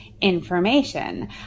information